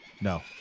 no